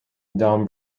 dom